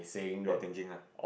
your thinking ah